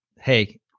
hey